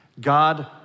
God